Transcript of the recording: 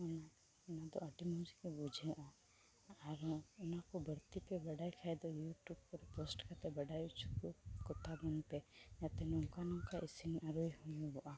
ᱚᱱᱟ ᱚᱱᱟᱫᱚ ᱟᱹᱰᱤ ᱢᱚᱡᱽᱜᱮ ᱵᱩᱡᱷᱟᱹᱜᱼᱟ ᱟᱨ ᱚᱱᱟᱠᱚ ᱵᱟᱹᱲᱛᱤ ᱯᱮ ᱵᱟᱰᱟᱭ ᱠᱷᱟᱡ ᱫᱚ ᱤᱭᱩᱴᱩᱵᱽ ᱠᱚᱨᱮ ᱯᱳᱥᱴ ᱠᱟᱛᱮ ᱵᱟᱰᱟᱭ ᱚᱪᱚᱠᱚ ᱠᱚᱛᱟᱵᱚᱱ ᱯᱮ ᱡᱟᱛᱮ ᱱᱚᱝᱠᱟ ᱱᱚᱝᱠᱟ ᱤᱥᱤᱱᱼᱟᱹᱨᱩ ᱦᱩᱭᱩᱜᱚᱼᱟ